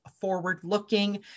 forward-looking